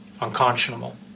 unconscionable